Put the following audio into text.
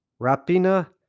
Rapina